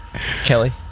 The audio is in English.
Kelly